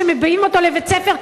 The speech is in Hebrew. שמביאים אותו לבית-הספר,